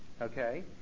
okay